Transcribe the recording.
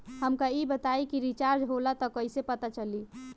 हमका ई बताई कि रिचार्ज होला त कईसे पता चली?